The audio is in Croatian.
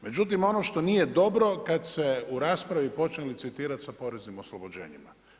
Međutim ono što nije dobro kad se u raspravi počne licitirati sa poreznim oslobođenjima.